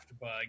bug